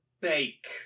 bake